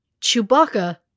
Chewbacca